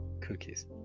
cookies